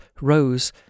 rose